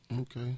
Okay